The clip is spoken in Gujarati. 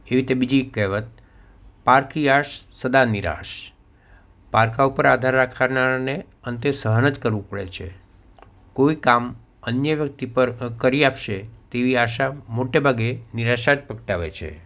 એવી રીતે બીજી કહેવત પારકી આશ સદા નિરાશ પારકાં ઉપર આધાર રાખનારાને અંતે સહન જ કરવું પડે છે કોઈ કામ અન્ય વ્યક્તિ પર કરી આપશે તેવી આશા મોટે ભાગે નિરાશા જ પ્રગટાવે છે